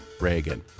Reagan